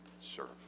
serve